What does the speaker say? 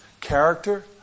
character